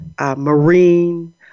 Marine